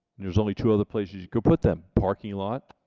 there's only two other places you could put them parking lot,